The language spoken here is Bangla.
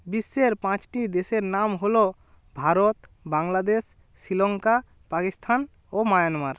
বিশ্বের পাঁচটি দেশের নাম হলো ভারত বাংলাদেশ শ্রীলঙ্কা পাকিস্থান ও মায়ানমার